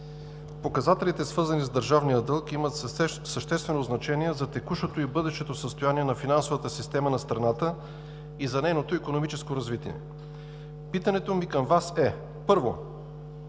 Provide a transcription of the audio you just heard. Показателите, свързани с държавния дълг, имат съществено значение за текущото и бъдещото състояние на финансовата система на страната и за нейното икономическо развитие. Питането ми към Вас е: първо,